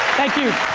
thank you.